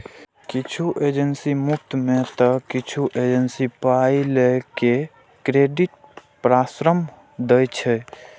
किछु एजेंसी मुफ्त मे तं किछु एजेंसी पाइ लए के क्रेडिट परामर्श दै छै